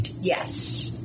Yes